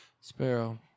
Sparrow